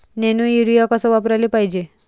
Nano urea कस वापराले पायजे?